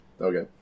Okay